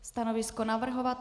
Stanovisko navrhovatele: